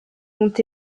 ont